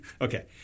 Okay